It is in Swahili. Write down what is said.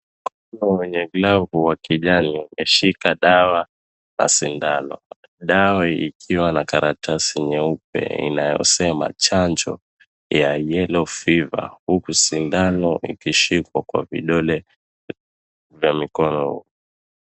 Mkono wenye glavu ya kijani ukishika dawa na sindano. Dawa ikiwa na karatasi nyeupe inayosema chanjo ya yellow fever , huku sindano ikishikwa kwa vidole vya mikono.